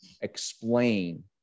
Explain